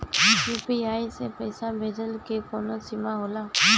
UPI से पईसा भेजल के कौनो सीमा होला?